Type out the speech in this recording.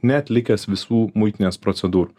neatlikęs visų muitinės procedūrų